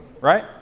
Right